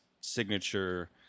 signature